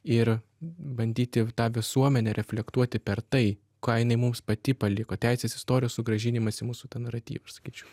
ir bandyti tą visuomenę reflektuoti per tai ką jinai mums pati paliko teisės istorijos sugrąžinimas į mūsų tą naratyvą aš sakyčiau